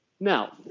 Now